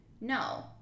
no